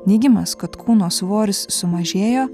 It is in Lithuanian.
neigimas kad kūno svoris sumažėjo